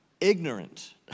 ignorant